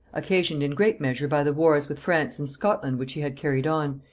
occasioned in great measure by the wars with france and scotland which he had carried on,